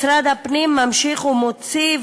משרד הפנים ממשיך ומוציא,